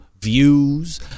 views